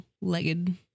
legged